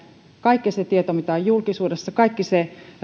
kaikki se tieto mitä on julkisuudessa kaikki